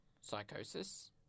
psychosis